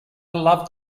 love